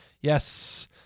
Yes